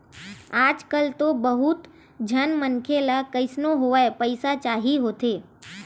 आजकल तो बहुत झन मनखे ल कइसनो होवय पइसा चाही होथे